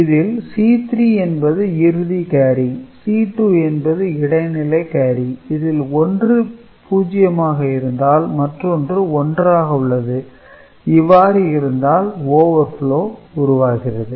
இதில் C3 என்பது இறுதி கேரி C2 என்பது இடைநிலை கேரி இதில் ஒன்று 0 ஆக இருந்தால் மற்றொன்று 1 ஆக உள்ளது இவ்வாறு இருந்தால் overflow உருவாகிறது